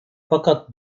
fakat